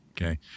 okay